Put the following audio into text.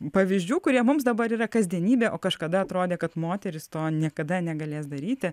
pavyzdžių kurie mums dabar yra kasdienybė o kažkada atrodė kad moterys to niekada negalės daryti